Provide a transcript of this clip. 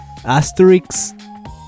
Asterix